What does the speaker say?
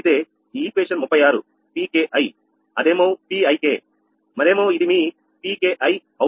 అయితే సమీకరణం 36 Pki అదేమో Pik మరేమో ఇది మీ Pki అవునా